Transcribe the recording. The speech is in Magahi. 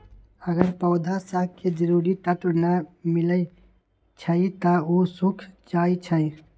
अगर पौधा स के जरूरी तत्व न मिलई छई त उ सूख जाई छई